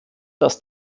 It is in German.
dass